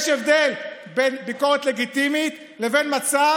יש הבדל בין ביקורת לגיטימית לבין מצב